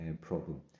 problem